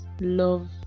love